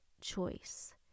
choice